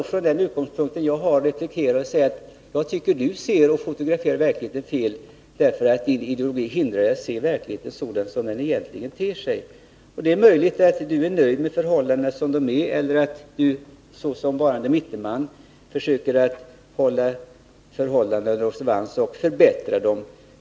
Från min utgångspunkt kan jag naturligtvis replikera att jag anser att ni ser felaktigt på verkligheten på grund av att er ideologi hindrar er att se verkligheten som den egentligen är. Det är möjligt att ni är nöjd med förhållandena sådana de nu är eller att ni såsom varande mittenman försöker ha förhållandena under observans och förbättra dem.